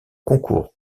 concours